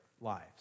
lives